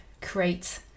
create